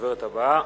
הדוברת הבאה,